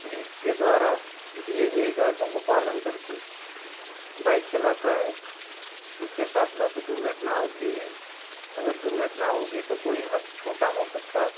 police के द्वारा दिए गए हिदायतों को पालन करके बाइक चलाता है उसके साथ न तो दुर्घटना होती है अगर दुर्घटना होगी तो कोई ह छोटा मोटा